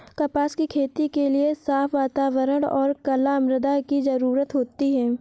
कपास की खेती के लिए साफ़ वातावरण और कला मृदा की जरुरत होती है